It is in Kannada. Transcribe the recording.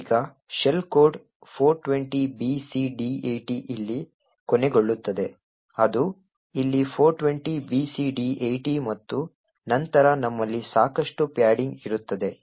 ಈಗ ಶೆಲ್ ಕೋಡ್ 420BCD80 ಇಲ್ಲಿ ಕೊನೆಗೊಳ್ಳುತ್ತದೆ ಅದು ಇಲ್ಲಿ 420BCD80 ಮತ್ತು ನಂತರ ನಮ್ಮಲ್ಲಿ ಸಾಕಷ್ಟು ಪ್ಯಾಡಿಂಗ್ ಇರುತ್ತದೆ